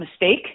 mistake